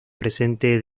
presentes